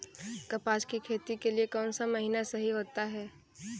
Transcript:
कपास की खेती के लिए कौन सा महीना सही होता है?